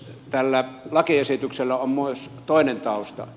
tällä lakiesityksellä on myös toinen tausta